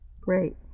Great